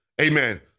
Amen